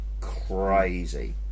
crazy